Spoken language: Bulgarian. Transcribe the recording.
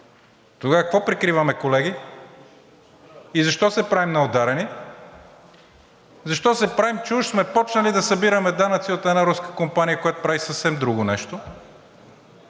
Тогава какво прикриваме, колеги, и защо се правим на ударени? Защо се правим, че уж сме започнали да събираме данъци от една руска компания, която прави съвсем друго нещо,